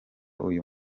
uyu